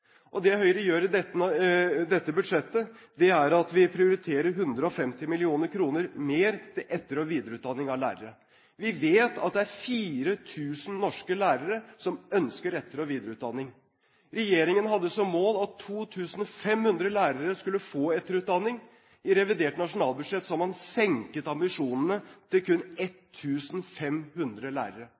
Det Høyre gjør i dette budsjettet, er at vi prioriterer 150 mill. kr mer til etter- og videreutdanning av lærere. Vi vet at det er 4 000 norske lærere som ønsker etter- og videreutdanning. Regjeringen hadde som mål at 2 500 lærere skulle få etterutdanning. I revidert nasjonalbudsjett har man senket ambisjonene til kun 1 500 lærere.